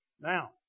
Now